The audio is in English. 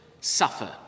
suffer